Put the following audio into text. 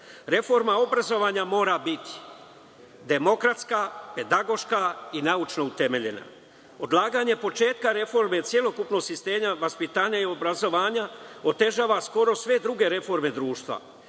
obrazovanja mora biti demokratska, pedagoška i naučno utemeljena. Odlaganje početka reforme celokupnog sistema vaspitanja i obrazovanja, otežava skoro sve druge reforme društva. Briga